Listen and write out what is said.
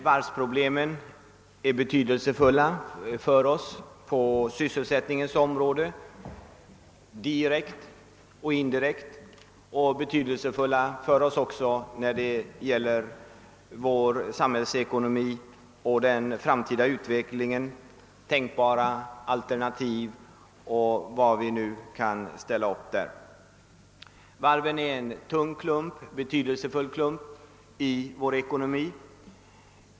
Varvsproblemen är betydelsefulla för oss på sysselsättningens område direkt och indirekt och betydelsefulla för oss även när det gäller vår samhällsekonomi och den framtida utvecklingen, tänkbara alternativ eller vilka mål vi än kan uppställa. Varven är en tung och betydelsrfull klump i vår ekonomi.